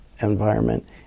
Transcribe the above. environment